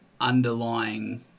underlying